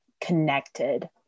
connected